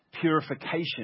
Purification